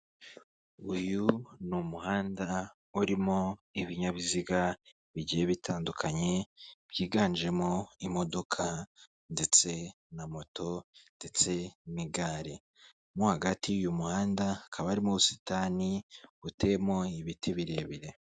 Uyu ni umuhanda urimo ibinyabiziga bigiye bitandukanye byiganjemo imodoka ndetse na moto ndetse n'igare. Mo hagati y'uyu muhanda hakaba harimo ubusitani buteyemo ibiti birebire.